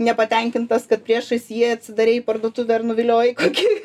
nepatenkintas kad priešais jį atsidarei parduotuvę ar nuviliojai kokį